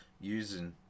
using